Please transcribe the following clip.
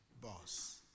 boss